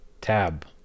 Tab